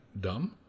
dumb